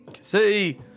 See